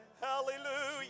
Hallelujah